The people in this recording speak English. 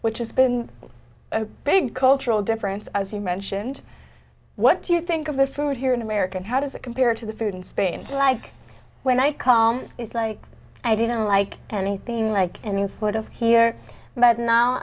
which has been a big cultural difference as you mentioned what do you think of the food here in america and how does it compare to the food in spain like when i come it's like i didn't like anything like in the split of here but now